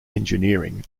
engineering